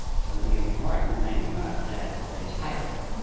so the important thing about death is life.